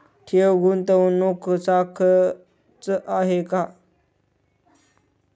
ठेव, गुंतवणूक सारखीच आहे का?